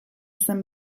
izen